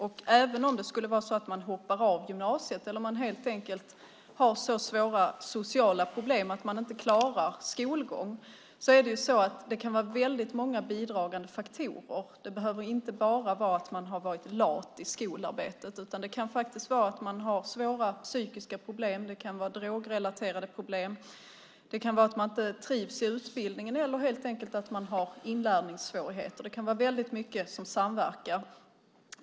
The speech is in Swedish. Det kan också vara så att man hoppar av gymnasiet för att man har så svåra sociala problem att man inte klarar skolgång. Det kan vara väldigt många bidragande faktorer. Det behöver inte bara vara att man har varit lat i skolarbetet, utan man kan ha svåra psykiska problem, det kan vara drogrelaterade problem, det kan vara att man inte trivs i utbildningen eller helt enkelt att man har inlärningssvårigheter. Det kan vara väldigt mycket som samverkar.